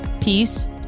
peace